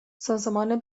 سازمان